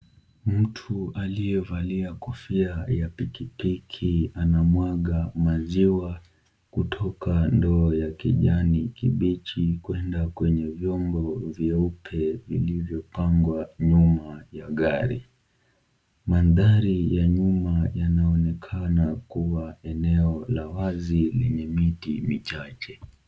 Mtu aliyevalia kofia ya pikipiki anamwaga maziwa kutoka ndoo ya kijani kibichi kwenda kwenye vyombo vyeupe vilivyopangwa nyuma ya gari. Mandhari ya nyuma yanaonekana kuwa eneo la wazi lenye miti michache.